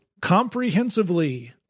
comprehensively